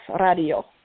Radio